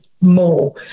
More